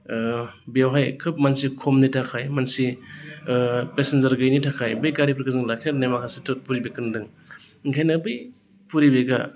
बेवहाय खोब मानसि खमनि थाखाय मानसि पेसेनजार गैयैनि थाखाय बै गारिफोरखौ जोङो लाखिनानै दोननाय माखासे थद फरिबेसखौ नुदों ओंखायनो बै फरिबेसआ